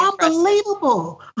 unbelievable